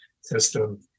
system